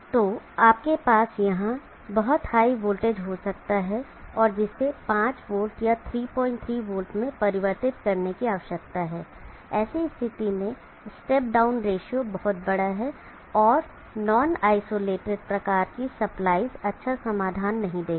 तो आपके पास यहां बहुत हाई वोल्टेज हो सकता है और जिसे 5 वोल्ट या 33 वोल्ट में परिवर्तित करने की आवश्यकता है ऐसी स्थिति में स्टेप डाउन रेश्यो बहुत बड़ा है और नॉन आइसोलेटेड प्रकार की सप्लाईज अच्छा समाधान नहीं देगी